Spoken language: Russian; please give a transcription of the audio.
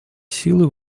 силы